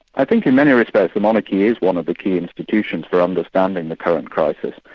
i think in many respects the monarchy is one of the key institutions for understanding the current crisis.